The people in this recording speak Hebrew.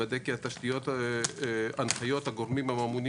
לוודא כי ההנחיות והגורמים הממונים